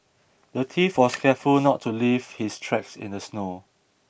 the thief was careful not to leave his tracks in the snow